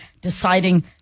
deciding